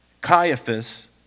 Caiaphas